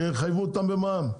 שיחייבו אותם במע"מ.